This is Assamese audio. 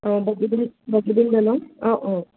অঁ বগীবিল দলং অঁ অঁ